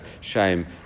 shame